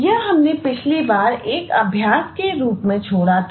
यह हमने पिछली बार एक अभ्यास के रूप में छोड़ा था